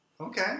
okay